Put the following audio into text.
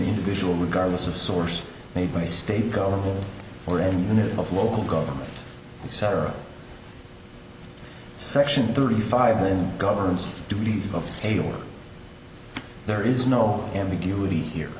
individual regardless of source made by state government or any unit of local government the center section thirty five million governs duties of a or there is no ambiguity here